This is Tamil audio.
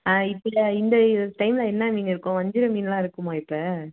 ஆ இதில் இந்த டைமில் என்ன மீன் இருக்கும் வஞ்சிரம் மீன்லாம் இருக்குமா இப்போ